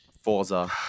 Forza